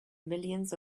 millions